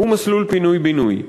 הוא מסלול פינוי-בינוי.